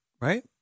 right